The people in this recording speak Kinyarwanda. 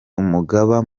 umugaba